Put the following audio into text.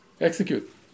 execute